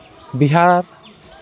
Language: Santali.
ᱵᱤᱦᱟᱨ